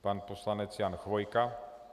Pan poslanec Jan Chvojka.